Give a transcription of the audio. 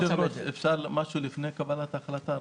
אפשר לומר משהו לפני קבלת ההחלטה?